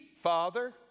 Father